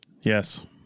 Yes